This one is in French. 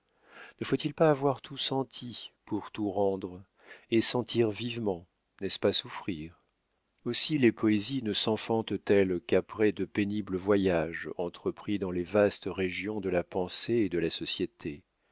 ne faut-il pas avoir tout senti pour tout rendre et sentir vivement n'est-ce pas souffrir aussi les poésies ne senfantent elles qu'après de pénibles voyages entrepris dans les vastes régions de la pensée et de la société